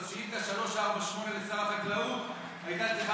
אז שאילתה 348 לשר החקלאות הייתה צריכה